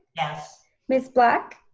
yes. ms. black?